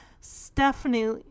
Stephanie